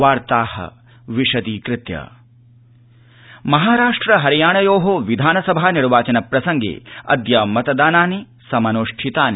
मतदानम् महाराष्ट्र हरियाणयो विधानसभा निर्वाचन प्रसंगे अद्य मतदानानि समनुष्ठितानि